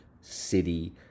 City